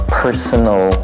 personal